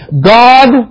God